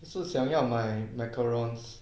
是想要买 macarons